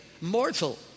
Mortal